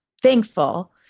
thankful